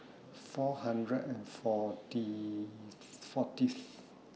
four hundred and forty fortieth